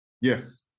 Yes